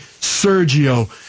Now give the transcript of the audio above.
Sergio